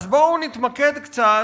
אז בואו נתמקד קצת,